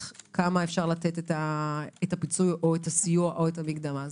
כמה אפשר לתת את הפיצוי או את הסיוע או את המקדמה.